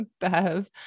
Bev